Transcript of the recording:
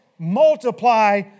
multiply